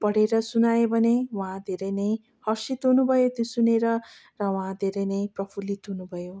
पडेर सुनाएँ भने उहाँ धेरै नै हर्षित हुनु भयो त्यो सुनेर र उहाँ धेरै नै प्रफुल्लित हुनुभयो